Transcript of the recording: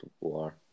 war